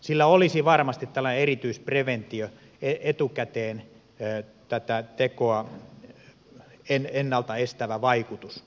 sillä olisi varmasti tällainen erityispreventio tätä tekoa ennalta estävä vaikutus